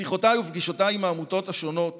בשיחותיי ובפגישותיי עם העמותות השונות